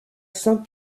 saint